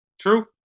True